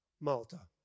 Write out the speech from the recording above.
Malta